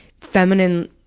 feminine